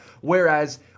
whereas